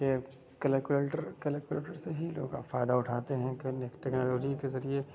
کہ calculator calculator سے ہی لوگ فائدہ اٹھاتے ہیں کیونکہ ٹیکنالوجی کے ذریعے